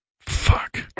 fuck